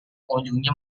kunjungi